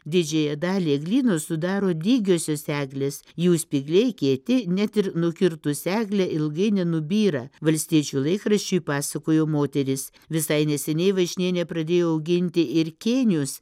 didžiąją dalį eglyno sudaro dygiosios eglės jų spygliai kieti net ir nukirtus eglė ilgai nenubyra valstiečių laikraščiui pasakojo moteris visai neseniai vaišnienė pradėjo auginti ir kėnius